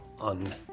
on